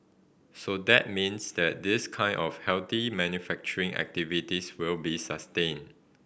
so that means that this kind of healthy manufacturing activities will be sustained